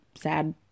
sad